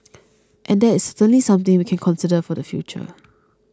and that is certainly something we can consider for the future